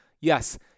Yes